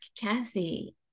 Kathy